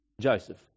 Joseph